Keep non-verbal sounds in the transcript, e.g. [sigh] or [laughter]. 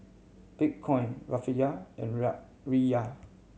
Bitcoin Rufiyaa and [unintelligible] Riyal